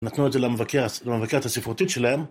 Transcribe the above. נתנו את זה למבקרת הספרותית שלהם